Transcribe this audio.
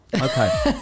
Okay